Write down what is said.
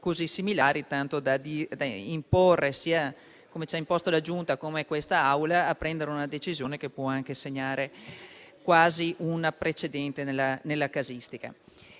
così similari, tanto da imporre - come ci hanno imposto la Giunta e così quest'Assemblea - di prendere una decisione che può anche segnare quasi un precedente nella casistica.